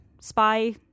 spy